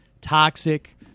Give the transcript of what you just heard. Toxic